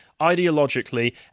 ideologically